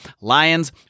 Lions